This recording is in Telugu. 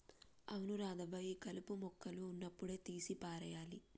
అవును రాధవ్వ ఈ కలుపు మొక్కగా ఉన్నప్పుడే తీసి పారేయాలి